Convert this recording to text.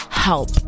help